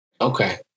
Okay